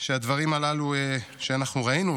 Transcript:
שהדברים הללו שאנחנו ראינו,